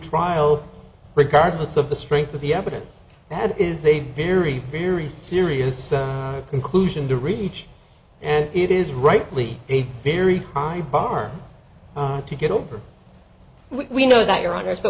trial regardless of the strength of the evidence that is a very very serious conclusion to reach and it is rightly a very high bar to get over we know that your honors but